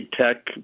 tech